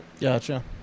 Gotcha